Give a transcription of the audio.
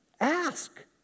Ask